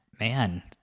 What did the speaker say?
man